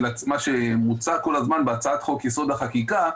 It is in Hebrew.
מה שמוצע כל הזמן בהצעת חוק יסוד: החקיקה,